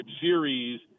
series